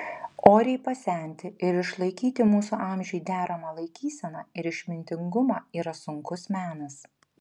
oriai pasenti ir išlaikyti mūsų amžiui deramą laikyseną ir išmintingumą yra sunkus menas